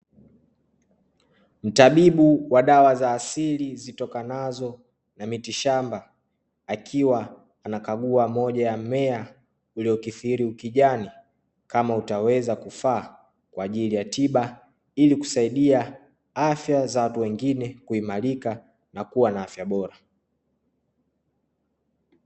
Tabibu wa dawa za asili zitokanazo na miti shamba akiwa anakagua moja ya mmea uliokithiri kijani, kama utaweza kufaa kwa ajili ya tiba ili kusaidia afya za watu wengine kuimarika na kuwa na afya bora.